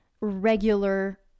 regular